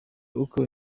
uko